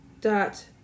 dot